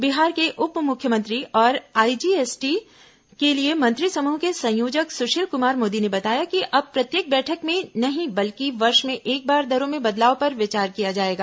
बिहार के उपमुख्यमंत्री और आईजीएसटी के लिए मंत्री समूह के संयोजक सुशील कुमार मोदी ने बताया कि अब प्रत्येक बैठक में नहीं बल्कि वर्ष में एक बार दरों में बदलाव पर विचार किया जाएगा